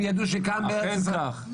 ידעו שכאן בארץ ישראל --- אכן כך.